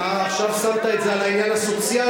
אה, עכשיו שמת את זה על העניין הסוציאלי.